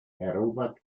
erobert